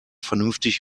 vernünftig